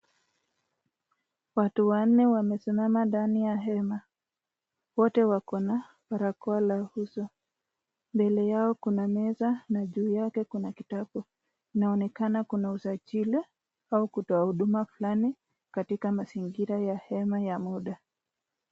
Watu wanne wamesimama ndani ya hema. Wote wako na barakoa la uso. Mbele yao kuna meza na juu yake kuna kitabu. Inaonekana kuna usajili au kutoa huduma fulani katika mazingira ya hema ya muda.